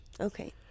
Okay